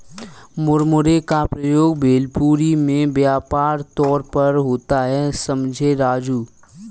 मुरमुरे का प्रयोग भेलपुरी में व्यापक तौर पर होता है समझे राजू